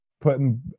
putting